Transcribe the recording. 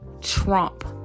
trump